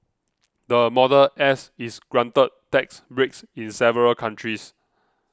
the Model S is granted tax breaks in several countries